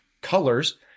colors